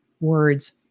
words